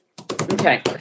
Okay